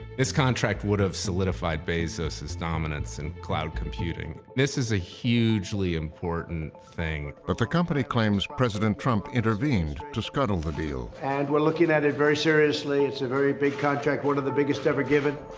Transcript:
this contract would have solidified bezos's dominance in cloud computing. this is a hugely important thing. narrator but the company claims president trump intervened to scuttle the deal. and we're looking at it very seriously. it's a very big contract. one of the biggest ever given.